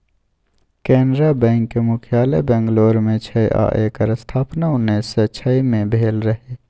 कैनरा बैकक मुख्यालय बंगलौर मे छै आ एकर स्थापना उन्नैस सँ छइ मे भेल रहय